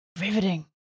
Riveting